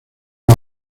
una